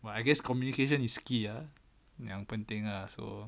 well I guess communication is key ah yang penting ah so